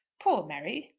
poor mary!